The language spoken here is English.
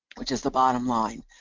which is the bottom line.